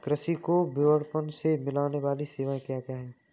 कृषि को विपणन से मिलने वाली सेवाएँ क्या क्या है